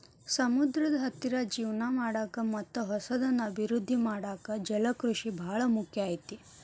ಸಮುದ್ರದ ಹತ್ತಿರ ಜೇವನ ಮಾಡಾಕ ಮತ್ತ್ ಹೊಸದನ್ನ ಅಭಿವೃದ್ದಿ ಮಾಡಾಕ ಜಲಕೃಷಿ ಬಾಳ ಮುಖ್ಯ ಐತಿ